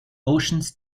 oceans